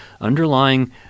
underlying